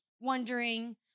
wondering